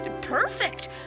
perfect